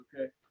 okay